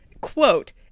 quote